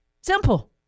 Simple